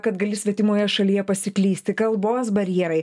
kad gali svetimoje šalyje pasiklysti kalbos barjerai